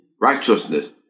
righteousness